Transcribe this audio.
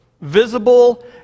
visible